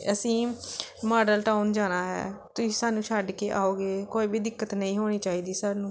ਅਸੀਂ Model Town ਜਾਣਾ ਹੈ ਤੁਸੀਂ ਸਾਨੂੰ ਛੱਡ ਕੇ ਆਓਗੇ ਕੋਈ ਵੀ ਦਿੱਕਤ ਨਹੀਂ ਹੋਣੀ ਚਾਹੀਦੀ ਸਾਨੂੰ